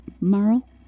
Marl